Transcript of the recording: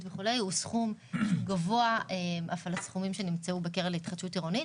הוא סכום שהוא גבוה מהסכומים שנמצאו בקרן להתחדשות עירונית.